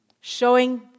showing